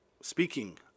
Speaking